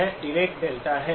यह Dirac delta है